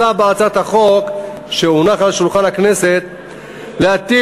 מוצע בהצעת החוק שהונחה על שולחן הכנסת להטיל